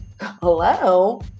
Hello